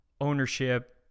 ownership